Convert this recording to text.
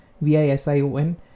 V-I-S-I-O-N